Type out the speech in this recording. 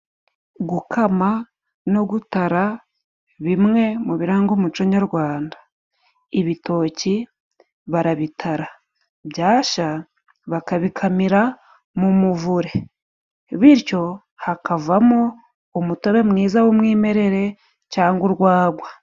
Gukama no gutara bimwe mu biranga umuco nyarwanda. Ibitoki barabitara byasha bakabikamira mu muvure, bityo hakavamo umutobe mwiza w'umwimerere cyangwa urwagwa.